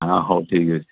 ହଁ ହଉ ଠିକ୍ ଅଛି